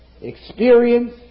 experience